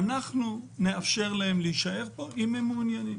אנחנו נאפשר להם להישאר פה אם הם מעוניינים